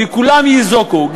וכולם יינזקו,